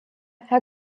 herr